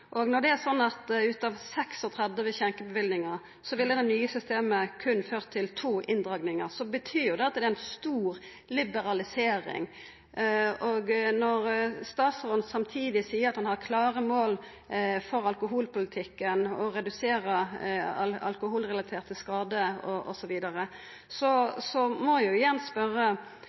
nye systemet berre føra til to inndragingar, betyr det at det er ei stor liberalisering. Når statsråden samtidig seier at han har klare mål for alkoholpolitikken og for å redusera alkoholrelaterte skader